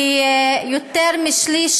כי יותר משליש